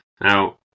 Now